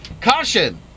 Caution